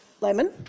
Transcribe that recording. Lemon